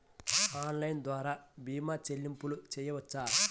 Online ద్వార భీమా చెల్లింపులు చేయవచ్చా?